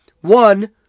One